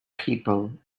people